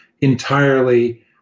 entirely